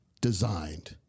designed